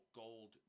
gold